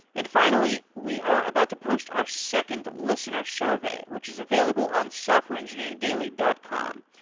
and finally, we are about to post our second listener survey, which is available on softwareengineeringdaily dot com.